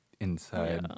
inside